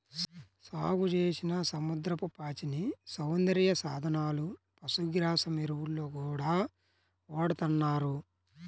సాగుచేసిన సముద్రపు పాచిని సౌందర్య సాధనాలు, పశుగ్రాసం, ఎరువుల్లో గూడా వాడతన్నారు